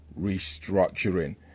restructuring